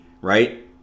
right